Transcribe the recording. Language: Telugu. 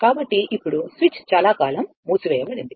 కాబట్టి ఇప్పుడు స్విచ్ చాలా కాలం మూసివేయబడింది